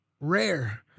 rare